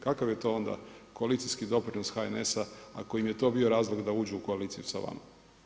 Kakav je to onda koalicijskih doprinos HNS-a ako im je to bio razlog da uđu u koaliciju s vama?